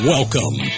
Welcome